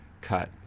cut